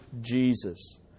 Jesus